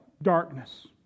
Darkness